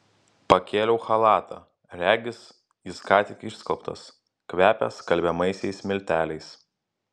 pakėliau chalatą regis jis ką tik išskalbtas kvepia skalbiamaisiais milteliais